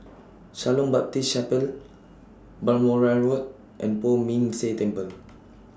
Shalom Baptist Chapel Balmoral Road and Poh Ming Tse Temple